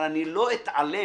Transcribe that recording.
אבל לא אתעלם,